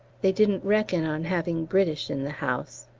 they didn't reckon on having british in the house.